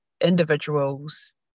individuals